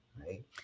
right